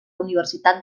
universitat